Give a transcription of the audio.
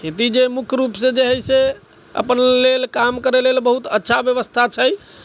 खेती जे मुख्य रूपसँ जे है से अपन लेल काम करै लेल बहुत अच्छा व्यवस्था छै